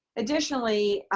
additionally,